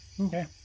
Okay